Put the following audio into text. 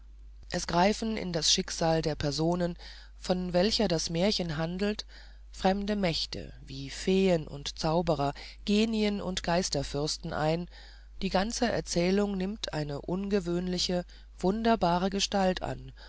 es greifen in das schicksal der person von welcher das märchen handelt fremde mächte wie feen und zauberer genien und geisterfürsten ein die ganze erzählung nimmt eine außergewöhnliche wunderbare gestalt an